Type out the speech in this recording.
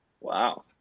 Wow